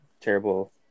terrible